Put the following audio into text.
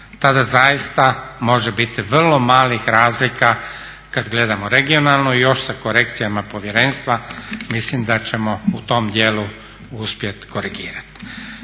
tada zaista može biti vrlo malih razlika kad gledamo regionalno i još sa korekcijama povjerenstva mislim da ćemo u tom djelu uspjet korigirat.